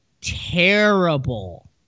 terrible